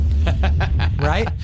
Right